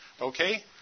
okay